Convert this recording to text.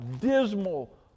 Dismal